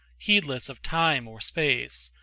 heedless of time or space,